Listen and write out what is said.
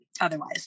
otherwise